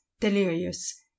delirious